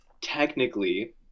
technically